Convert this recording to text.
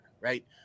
Right